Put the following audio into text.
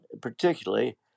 particularly